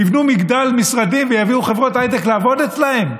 יבנו מגדל משרדים ויביאו חברות הייטק לעבוד אצלם?